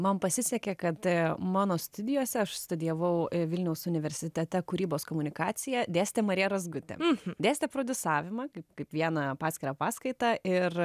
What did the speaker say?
man pasisekė kad mano studijose aš studijavau vilniaus universitete kūrybos komunikaciją dėstė marija razgutė dėstė prodiusavimą kaip kaip vieną paskirą paskaitą ir